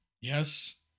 Yes